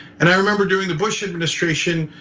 and i remember during the bush administration,